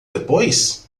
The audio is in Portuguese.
depois